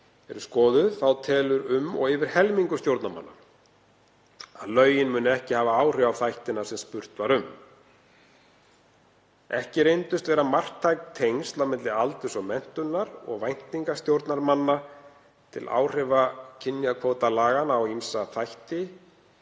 sjóði þá telur um og yfir helmingur stjórnarmanna að lögin muni ekki hafa áhrif á þættina sem spurt var um. Ekki reyndust vera marktæk tengsl á milli aldurs, menntunar og væntinga stjórnarmanna til áhrifa kynjakvótalaganna á ýmsa þætti